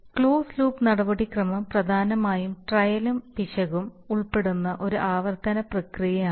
closed loop നടപടിക്രമം പ്രധാനമായും ട്രയലും പിശകും ഉൾപ്പെടുന്ന ഒരു ആവർത്തന പ്രക്രിയയാണ്